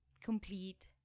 complete